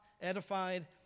edified